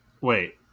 wait